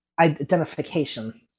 identification